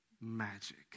magic